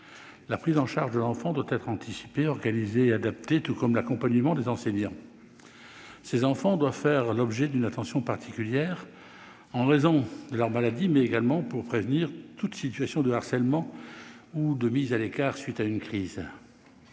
La prise en charge de l'enfant doit être anticipée, organisée et adaptée, tout comme l'accompagnement des enseignants. Ces enfants doivent faire l'objet d'une attention particulière, en raison de leur maladie, mais également pour prévenir toute situation de harcèlement ou de mise à l'écart à la suite d'une crise.